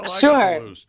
Sure